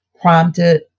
prompted